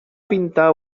pintar